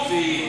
יקום ויהיה.